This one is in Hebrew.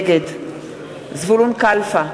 נגד זבולון קלפה,